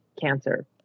cancer